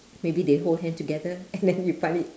maybe they hold hand together and then you find it